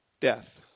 death